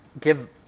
give